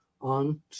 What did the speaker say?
on